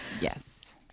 yes